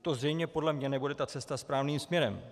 To zřejmě podle mě nebude cesta správným směrem.